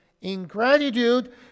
ingratitude